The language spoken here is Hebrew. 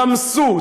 רמסו,